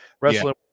wrestling